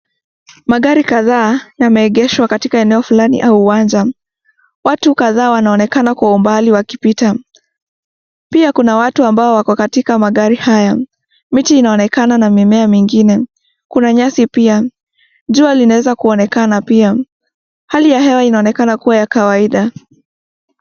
Magari kadhaa yeme egeshwa katika eneo flani au uwanja, watu kadhaa wanaonekana kwa umbali wakipita pia kuna watu ambao wako katika magari haya. Miti inaonekana na mimea mengine, kuna nyasi pia. Jua lina weza kuonekana pia, hali ya hewa ina onekana kuwa ya kawaida.